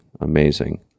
Amazing